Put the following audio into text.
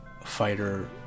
fighter